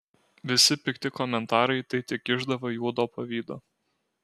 visi pikti komentarai tai tik išdava juodo pavydo